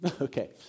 Okay